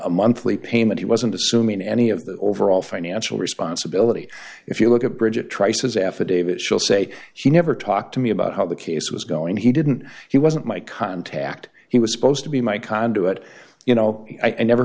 a monthly payment he wasn't assuming any of the overall financial responsibility if you look at brigitte trice his affidavit she'll say she never talked to me about how the case was going he didn't he wasn't my contact he was supposed to be my conduit you know i never